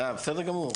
בסדר גמור.